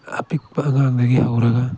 ꯑꯄꯤꯛꯄ ꯑꯉꯥꯡꯗꯒꯤ ꯍꯧꯔꯒ